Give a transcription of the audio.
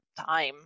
time